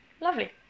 lovely